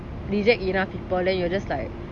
reject enough people then you're just like